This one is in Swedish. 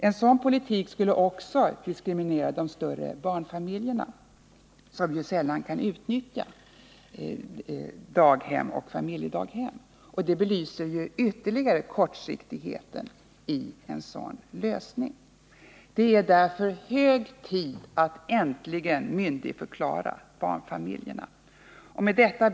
En sådan politik skulle även diskriminera de större barnfamiljerna, som sällan kan utnyttja daghem eller familjedaghem, vilket ytterligare belyser kortsiktigheten i en sådan lösning. Det är således hög tid att äntligen myndigförklara barnfamiljerna. Herr talman!